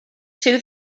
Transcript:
two